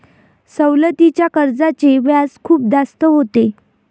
सवलतीच्या कर्जाचे व्याज खूप जास्त होते